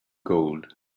gold